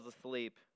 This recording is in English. asleep